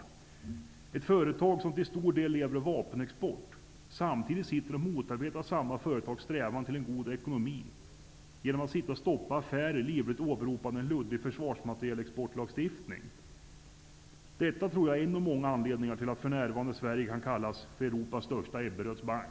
Detta företag lever till stor del av vapenexport, men staten motarbetar företagets strävan till en god ekonomi genom att stoppa affärer, under livligt åberopande av en luddig försvarsmaterielexportlagstiftning. Detta tror jag är en av många anledningar till att Sverige för närvarande kan kallas för Europas största Ebberöds Bank.